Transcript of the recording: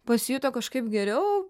pasijuto kažkaip geriau